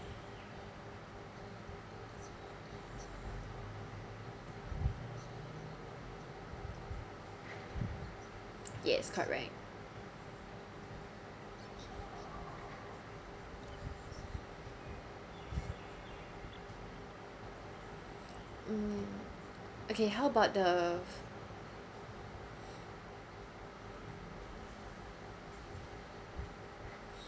yes correct mm okay how about the